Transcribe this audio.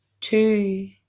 Two